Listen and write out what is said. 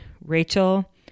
Rachel